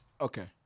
Okay